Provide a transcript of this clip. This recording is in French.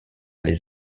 les